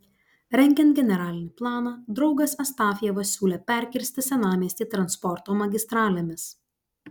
rengiant generalinį planą draugas astafjevas siūlė perkirsti senamiestį transporto magistralėmis